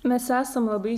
mes esam labai